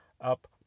up